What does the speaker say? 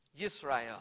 Yisrael